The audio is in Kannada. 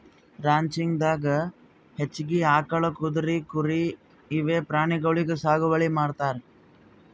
ರಾಂಚಿಂಗ್ ದಾಗಾ ಹೆಚ್ಚಾಗಿ ಆಕಳ್, ಕುದ್ರಿ, ಕುರಿ ಇವೆ ಪ್ರಾಣಿಗೊಳಿಗ್ ಸಾಗುವಳಿ ಮಾಡ್ತಾರ್